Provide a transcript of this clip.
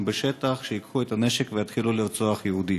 בשטח שייקחו את הנשק ויתחילו לרצוח יהודים.